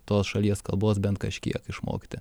tos šalies kalbos bent kažkiek išmokti